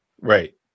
Right